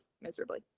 miserably